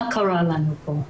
מה קרה לנו פה?